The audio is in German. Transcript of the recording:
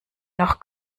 noch